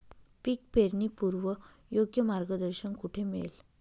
पीक पेरणीपूर्व योग्य मार्गदर्शन कुठे मिळेल?